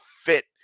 fit